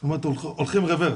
זאת אומרת אנחנו הולכים רוורס.